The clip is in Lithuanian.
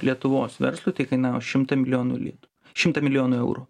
lietuvos verslui tai kainavo šimtą milijonų litų šimtą milijonų eurų